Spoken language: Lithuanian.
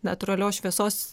natūralios šviesos